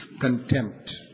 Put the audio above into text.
contempt